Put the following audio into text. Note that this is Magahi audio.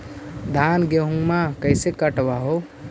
धाना, गेहुमा कैसे कटबा हू?